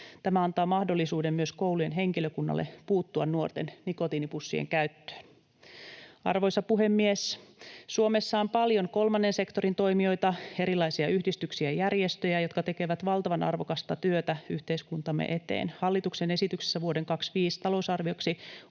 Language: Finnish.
Tämä antaa mahdollisuuden myös koulujen henkilökunnalle puuttua nuorten nikotiinipussien käyttöön. Arvoisa puhemies! Suomessa on paljon kolmannen sektorin toimijoita, erilaisia yhdistyksiä ja järjestöjä, jotka tekevät valtavan arvokasta työtä yhteiskuntamme eteen. Hallituksen esityksessä vuoden 25 talousarvioksi